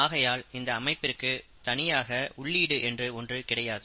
ஆகையால் இந்த அமைப்புக்கு தனியாக உள்ளீடு என்று ஒன்று கிடையாது